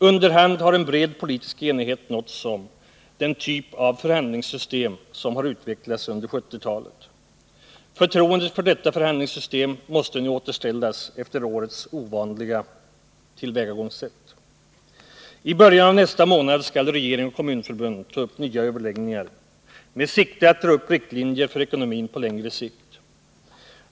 Under hand har en bred politisk enighet nåtts om den typ av förhandlingssystem som har utvecklats under 1970-talet. Förtroendet för detta förhandlingssystem måste nu återställas efter årets ovanliga tillvägagångssätt. I början av nästa månad skall regeringen och kommunförbunden ta upp nya överläggningar med sikte att dra upp riktlinjer för ekonomin på längre sikt.